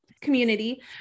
community